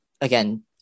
again